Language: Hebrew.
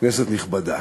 כנסת נכבדה,